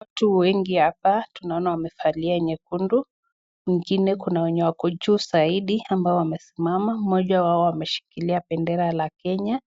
Watu wengi hapa tunaona wamevalia nyekundu ,ingine Kuna wenye wako juu zaidi ambao wamesimama moja wao ameshikilia bendera la Kenya